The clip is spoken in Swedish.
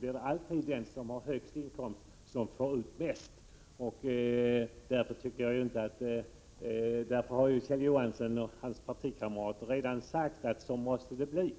blir det alltid de som har högst inkomst som får ut mest. Kjell Johansson och hans partikamrater har alltså redan slagit fast att så måste det bli.